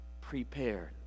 prepared